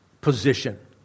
position